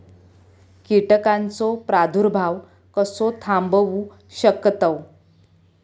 कीटकांचो प्रादुर्भाव कसो थांबवू शकतव?